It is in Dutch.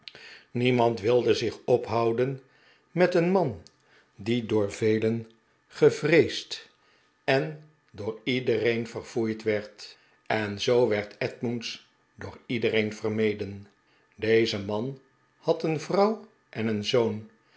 niemand wilde zich ophouden met een man die door velen gevreesd en door iedereen verfoeid werd en zoo werd edmunds door iedereen vermeden deze man had een vrouw en een zoon